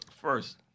first